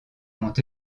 ont